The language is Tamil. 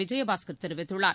விஜயபாஸ்கர் தெரிவித்துள்ளார்